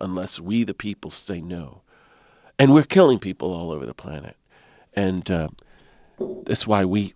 unless we the people say no and we're killing people all over the planet and that's why we